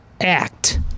act